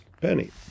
penny